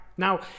Now